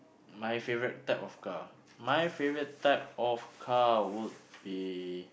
my favourite type of car my favourite type of car would be